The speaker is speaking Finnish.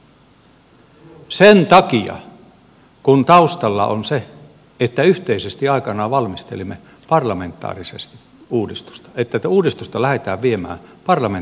sen takia kun taustalla on se että yhteisesti aikanaan valmistelimme parlamentaarisesti uudistusta että tätä uudistusta lähdettiin viemään parlamentaarisella komitealla